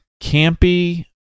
campy